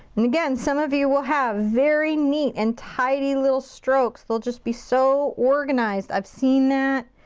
and again, some of you will have very neat and tidy little strokes. they'll just be so organized. i've seen that.